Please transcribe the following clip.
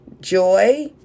joy